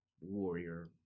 warrior